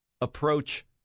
approach